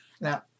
Now